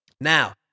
Now